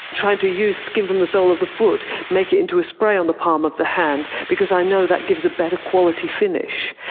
trying to use skin from the sole of the foot, make it into a spray on the palm of the hand, because i know that gives a better quality finish.